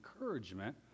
encouragement